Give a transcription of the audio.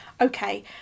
Okay